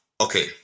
Okay